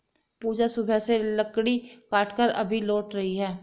पूजा सुबह से लकड़ी काटकर अभी लौट रही है